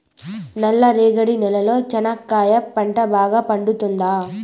నల్ల రేగడి నేలలో చెనక్కాయ పంట బాగా పండుతుందా?